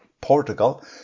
Portugal